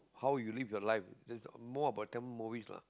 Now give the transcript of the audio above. how you live your life it's more about Tamil movies lah